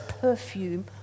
perfume